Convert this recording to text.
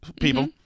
people